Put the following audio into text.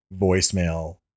voicemail